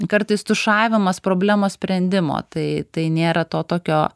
kartais tušavimas problemos sprendimo tai tai nėra to tokio